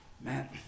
Man